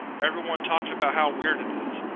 everyone talks about how weird it is.